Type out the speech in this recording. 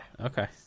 Okay